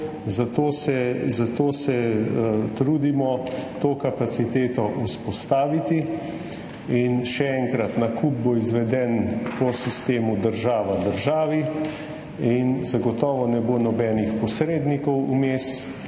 Zato se trudimo to kapaciteto vzpostaviti. In še enkrat, nakup bo izveden po sistemu država državi in zagotovo ne bo nobenih posrednikov vmes